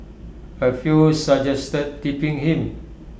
A few suggested tipping him